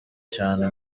cyane